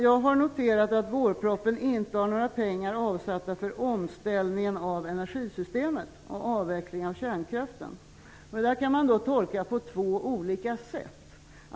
Jag har noterat att vårpropositionen inte har några pengar avsatta för omställningen av energisystemet och avvecklingen av kärnkraften. Detta kan man tolka på två olika sätt.